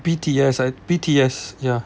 B_T_S I B_T_S ya